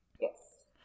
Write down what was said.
Yes